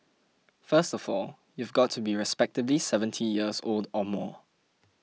first of all you've got to be respectably seventy years old or more